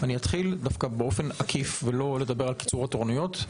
אתחיל דווקא באופן עקיף ולא לדבר על קיצור התורנויות,